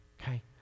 Okay